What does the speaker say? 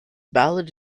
ballad